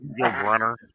runner